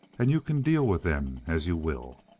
and you can deal with them as you will